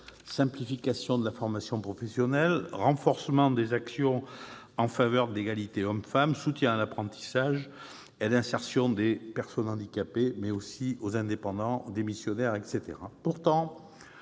simplification de la formation professionnelle, renforcement des actions en faveur de l'égalité hommes-femmes, soutien à l'apprentissage et à l'insertion des personnes handicapées, aux indépendants, démissionnaires, etc.